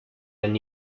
han